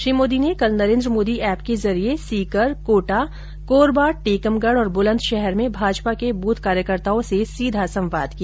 श्री मोदी ने कल नरेन्द्र मोदी ऐप के जरिए सीकर कोटा कोरबा टीकमगढ़ और ब्लन्दशहर में भाजपा के ब्थ कार्यकर्ताओं से सीधा संवाद किया